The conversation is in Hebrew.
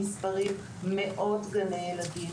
מאות גני ילדים.